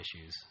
issues